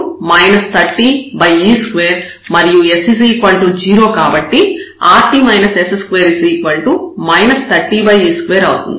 rt 30e2 మరియు s 0 కాబట్టి rt s2 30e2 అవుతుంది